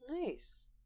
Nice